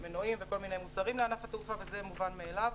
למשל, מנועים, , וזה מובן מאליו.